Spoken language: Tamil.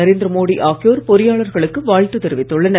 நரேந்திர மோடி ஆகியோர் பொறியாளர்களுக்கு வாழ்த்து தெரிவித்துள்ளனர்